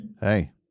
Hey